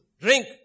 Drink